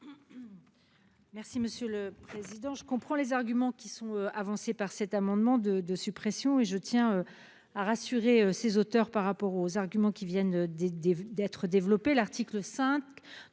Merci monsieur le président. Je comprends les arguments qui sont avancés par cet amendement de de suppression et je tiens. À rassurer ses auteurs par rapport aux arguments qui viennent des des d'être développé. L'article 5